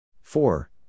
Four